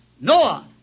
Noah